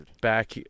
back